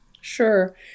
Sure